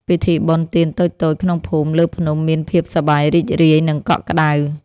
ពិធីបុណ្យទានតូចៗក្នុងភូមិលើភ្នំមានភាពសប្បាយរីករាយ និងកក់ក្ដៅ។